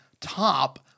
top